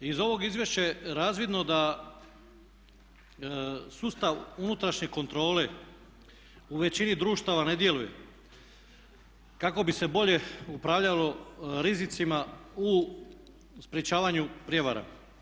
Iz ovog izvješća je razvidno da sustav unutrašnje kontrole u većini društava ne djeluje kako bi se bolje upravljalo rizicima u sprječavanju prijevara.